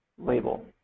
label